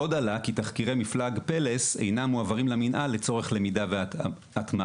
עוד עלה כי תחקירי מפלג פלס אינם מועברים למינהל לצורך למידה והטמעה.